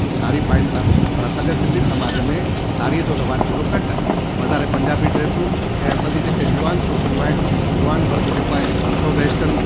उहा साड़ी पाइनि था पर असांजा सिंधी समाज में साड़ीअ जो रिवाजु थोरो घटि आहे वधारे पंजाबी ड्रेसूं ऐं असांजी जेकी युवान छोकिरियूं आहिनि युवान वर्ग जेको आहे सो वेस्टन